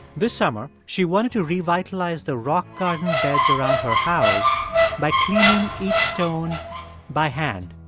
this summer, she wanted to revitalize the rock garden beds around her house by cleaning each stone by hand.